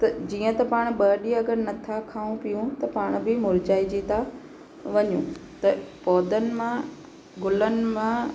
त जीअं त पाणि ॿ ॾींहं अगरि नथा खाऊ पीऊ त पाण बि मुरिझाइजी था वञू त पौधनि मां गुलनि मां